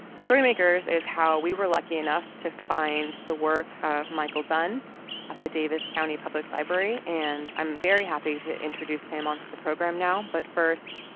storymakers is how we were lucky enough to find the work of michael dunn at the daviess county public library. and i'm very happy to introduce him onto the program now. but first,